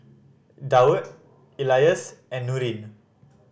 Daud Elyas and Nurin